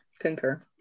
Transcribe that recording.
Concur